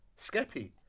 Skeppy